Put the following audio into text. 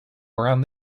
around